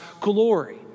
glory